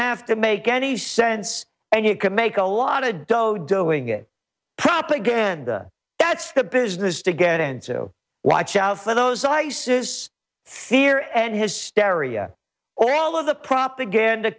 have to make any sense and you could make a lot of dough doing it propaganda that's the business to get and so watch out for those isis fear and hysteria or all of the propaganda